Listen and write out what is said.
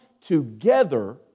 together